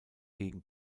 gegen